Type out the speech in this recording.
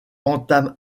entame